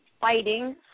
fighting